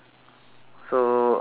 so uh